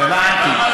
הבנתי.